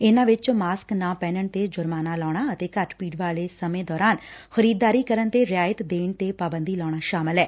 ਇਨਾਂ ਵਿਚ ਮਾਸਕ ਨਾ ਪਹਿਣਨ ਤੇ ਜੁਰਮਾਨਾ ਲਾਉਣਾ ਅਤੇ ਘੱਟ ਭੀੜ ਵਾਲੇ ਸਮੇਂ ਦੌਰਾਨ ਖਰੀਦਦਾਰੀ ਕਰਨ ਤੇ ਰਿਆਇਤ ਦੇਣ ਤੇ ਪਾਬੰਦੀ ਲਾਉਣਾ ਸ਼ਾਮਲ ਏ